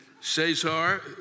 Cesar